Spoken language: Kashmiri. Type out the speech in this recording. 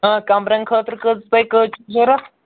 اۭں کَمرَن خٲطرٕ کٔژ تۄہہِ کٔژ ضوٚرَتھ